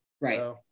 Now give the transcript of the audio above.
Right